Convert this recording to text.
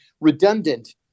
redundant